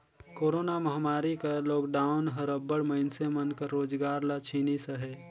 corona महमारी कर lockdown हर अब्बड़ मइनसे मन कर रोजगार ल छीनिस अहे